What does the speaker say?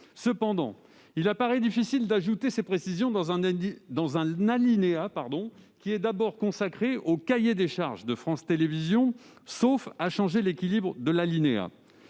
Toutefois, il paraît difficile d'ajouter ces précisions dans un alinéa qui est d'abord consacré au cahier des charges de France Télévisions, sauf à en changer l'équilibre. Par